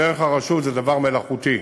דרך הרשות זה דבר מלאכותי.